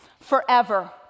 forever